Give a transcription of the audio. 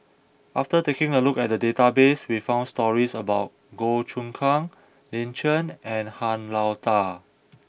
after taking a look at the database we found stories about Goh Choon Kang Lin Chen and Han Lao Da